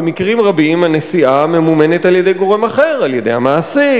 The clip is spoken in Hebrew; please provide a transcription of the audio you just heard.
במקרים רבים הנסיעה ממומנת על-ידי גורם אחר: על-ידי המעסיק,